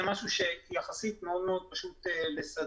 זה משהו שיחסית מאוד מאוד פשוט לסדר.